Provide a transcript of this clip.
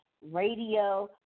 radio